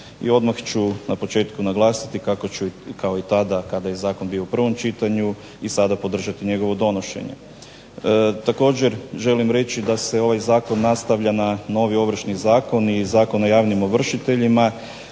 I odmah ću na početku naglasiti kako ću kao i tada kada je zakon bio u prvom čitanju i sada podržati njegovo donošenje. Također želim reći da se ovaj zakon nastavlja na novi Ovršni zakon i Zakon o javnim ovršiteljima